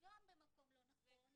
גם במקום לא נכון וגם לא מבוסס.